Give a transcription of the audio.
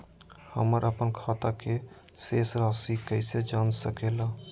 हमर अपन खाता के शेष रासि कैसे जान सके ला?